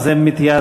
אז הם מתייעצים,